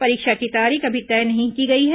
परीक्षा की तारीख अभी तय नहीं की गई है